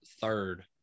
third